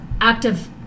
active